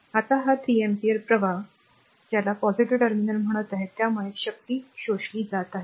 आता हा 3 अँपिअर प्रवाह r ज्याला पॉझिटिव्ह टर्मिनल म्हणत आहे त्यामुळे शक्ती शोषली जात आहे